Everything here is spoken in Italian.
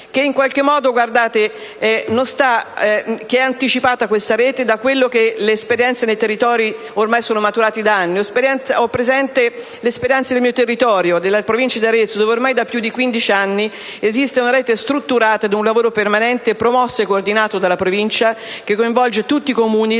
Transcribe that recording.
è in qualche modo anticipata da quello che le esperienze nei territori ormai hanno maturato da anni. Ho presente l'esperienza del mio territorio, della Provincia di Arezzo, dove ormai da più di quindici anni esistono una rete strutturata ed un lavoro permanente promosso e coordinato dalla Provincia, che coinvolge tutti i Comuni,